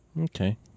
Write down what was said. Okay